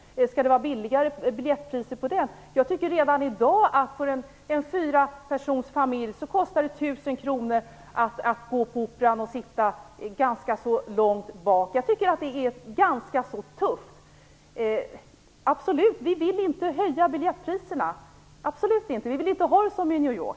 Skall det vara billigare biljetter till den föreställningen? För en fyrapersonsfamilj kostar det i dag 1 000 kr att gå på Operan, även om man sitter ganska så långt bak. Jag tycker att det är tufft. Vi vill absolut inte höja biljettpriserna. Vi vill inte ha det som i New York.